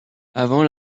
avant